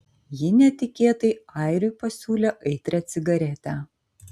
ji netikėtai airiui pasiūlė aitrią cigaretę